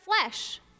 flesh